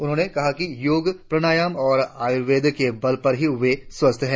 उन्होंने कहा कि योग प्रणायाम और आयुर्वेद के बल पर ही वे स्वस्थ्य हैं